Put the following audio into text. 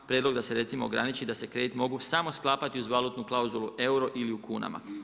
Prijedlog da se recimo ograničiti, da se kredit mogu samo sklapati uz valutnu klauzulu euro ili u kunama.